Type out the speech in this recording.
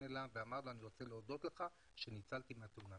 אליו ואמר לו שהוא רוצה להודות לו כי בזכותו הוא ניצל בתאונה.